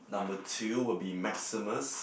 number two will be Maximus